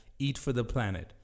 eatfortheplanet